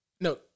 no